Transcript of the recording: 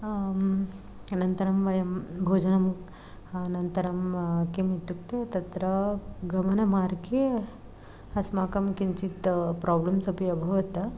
अन्तरं वयं भोजनं अनन्तरं किम् इत्युक्ते तत्र गमनमार्गे अस्माकं किञ्चित् प्राब्लम्स् अपि अभवत्